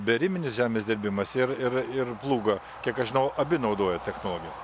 beariminis žemės dirbimas ir ir ir plūgo kiek aš žinau abi naudojat technologijas